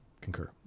Concur